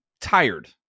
tired